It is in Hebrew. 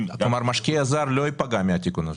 -- כלומר משקיע זר לא ייפגע מהתיקון הזה.